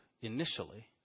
initially